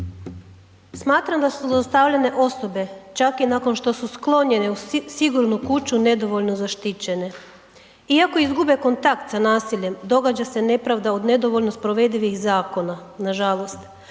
Smatram da su zlostavljane osobe čak i nakon što su sklonjene u sigurnu kuću nedovoljno zaštićene iako izgube kontakt sa nasiljem događa se nepravda od nedovoljno sprovedivih zakona, nažalost.